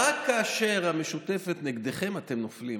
רק כאשר המשותפת נגדכם אתם נופלים.